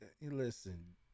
listen